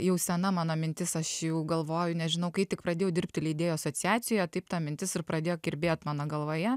jau sena mano mintis aš jų galvoju nežinau kai tik pradėjau dirbti leidėjų asociacijoje taip ta mintis ir pradėjo kirbėt mano galvoje